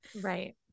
Right